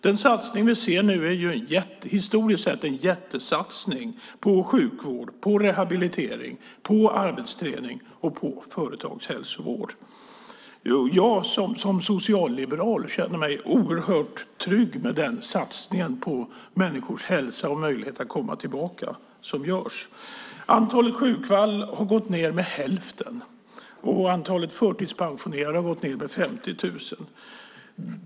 Den satsning vi ser nu är historiskt sett en jättesatsning på sjukvård, på rehabilitering, på arbetsträning och på företagshälsovård. Jag som socialliberal känner mig oerhört trygg med den satsning på människors hälsa och möjlighet att komma tillbaka som görs. Antalet sjukfall har gått ned med hälften, och antalet förtidspensionerade har gått ned med 50 000.